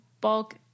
bulk